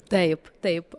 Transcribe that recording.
taip taip